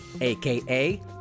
AKA